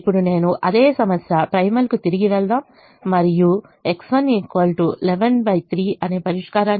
ఇప్పుడు నేను అదే సమస్య ప్రైమల్కు తిరిగి వెళ్దాం మరియు X1 113 అనే పరిష్కారాన్ని తీసుకుందాం